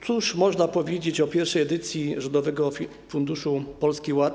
Cóż można powiedzieć o pierwszej edycji Rządowego Funduszu Polski Ład?